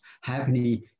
happening